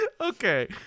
okay